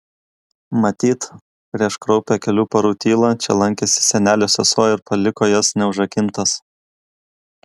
matyt prieš kraupią kelių parų tylą čia lankėsi senelio sesuo ir paliko jas neužrakintas